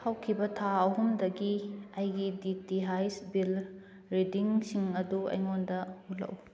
ꯍꯧꯈꯤꯕ ꯊꯥ ꯑꯍꯨꯝꯗꯒꯤ ꯑꯩꯒꯤ ꯗꯤ ꯇꯤ ꯍꯥꯏꯁ ꯕꯤꯜ ꯔꯤꯗꯤꯡꯁꯤꯡ ꯑꯗꯨ ꯑꯩꯉꯣꯟꯗ ꯎꯠꯂꯛꯎ